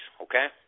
okay